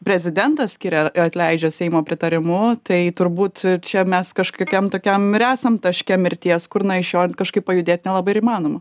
prezidentas skiria atleidžia seimo pritarimu tai turbūt čia mes kažkokiam tokiam ir esam taške mirties kur na iš jo kažkaip pajudėt nelabai ir įmanoma